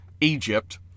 Egypt